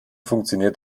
funktioniert